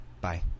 Bye